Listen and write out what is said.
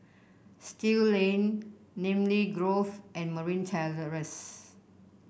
Still Lane Namly Grove and Marine Terrace